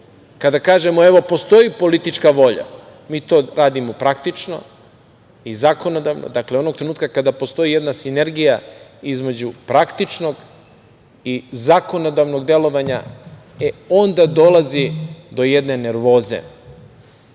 kada kažemo – evo, postoji politička volja, mi to radimo praktično zakonodavno. Dakle, onog trenutka kada postoji jedna sinergija između praktičnog i zakonodavnog delovanja, e onda dolazi do jedne nervoze